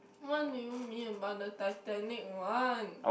what do you mean about the titanic one